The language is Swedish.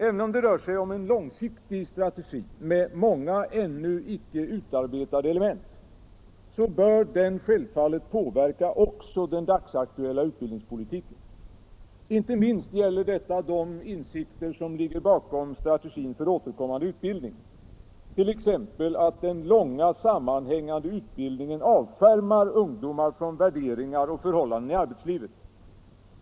Även om det rör sig om en långsiktig strategi med många ännu icke utarbetade element så bör den självfallet påverka också den dagsaktuella utbildningspolitiken. Inte minst gäller detta de insikter som ligger bakom strategin för återkommande utbildning, t.ex. att den långa sammanhängande utbildningen avskärmar ungdomar från värderingar och förhållanden i arbetslivet.